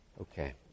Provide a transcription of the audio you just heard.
Okay